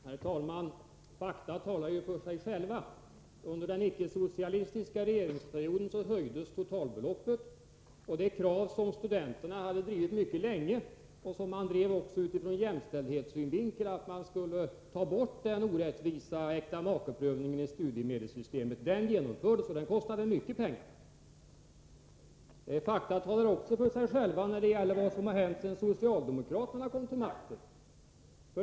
Herr talman! Fakta talar ju för sig själva. Under den icke-socialistiska regeringsperioden höjdes totalbeloppet. Det krav som studenterna hade drivit mycket länge och som man drev också ur jämställdhetssynvinkel, att den orättvisa äktamakeprövningen i studiemedelssystemet skulle tas bort, uppfylldes. Det kostade mycket pengar. Fakta talar också för sig själva när det gäller vad som har hänt sedan socialdemokraterna kom till makten.